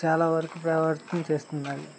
చాలా వరకు ప్రయత్నం చేస్తున్నాయి